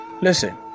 Listen